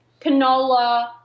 Canola